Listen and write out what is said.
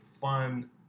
fun